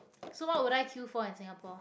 so what would I queue for in Singapore